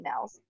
emails